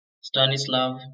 Stanislav